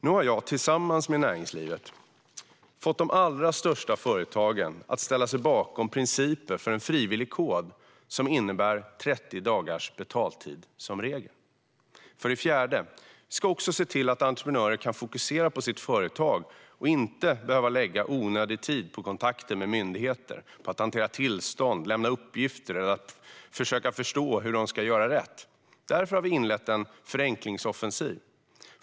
Nu har jag tillsammans med näringslivet fått de allra största företagen att ställa sig bakom principer för en frivillig kod som innebär 30 dagars betaltid som regel. För det fjärde ska vi också se till att entreprenörer kan fokusera på sitt företag och inte behöva lägga onödig tid på kontakter med myndigheter - på att hantera tillstånd, lämna uppgifter eller försöka förstå hur de ska göra rätt. Därför har vi inlett en förenklingsoffensiv.